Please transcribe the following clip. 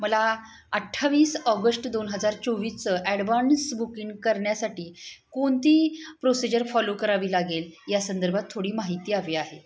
मला अठ्ठावीस ऑगस्ट दोन हजार चोवीसचं ॲडव्हान्स बुकिंग करण्यासाठी कोणती प्रोसिजर फॉलो करावी लागेल या संदर्भात थोडी माहिती हवी आहे